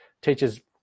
teachers